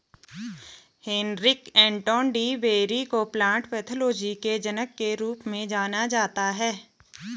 Heinrich Anton de Bary को plant pathology के जनक के रूप में जाना जाता है